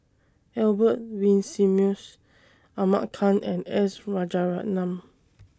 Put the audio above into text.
Albert Winsemius Ahmad Khan and S Rajaratnam